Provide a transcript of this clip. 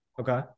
Okay